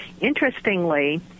Interestingly